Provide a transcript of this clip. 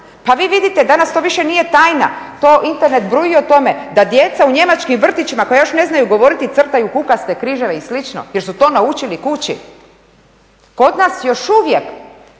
Pa vi vidite, danas to više nije tajna, to Internet bruji o tome da djeca u njemačkim vrtićima koja još ne znaju govoriti crtaju kukaste križeve i slično jer su to naučili kući. Kod nas još uvijek